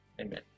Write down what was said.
Amen